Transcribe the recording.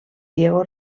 diego